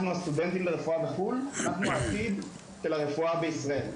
אנחנו הסטודנטים לרפואה בחו"ל העתיד של הרפואה בישראל.